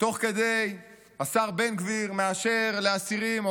תוך כדי השר בן גביר מאשר לאסירים,